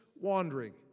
wandering